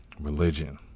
Religion